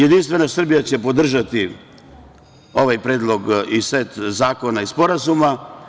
Jedinstvena Srbija će podržati ovaj predlog i set zakona i sporazuma.